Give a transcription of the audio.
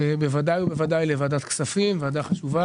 בוודאי ובוודאי לוועדת הכספים - ועדה חשובה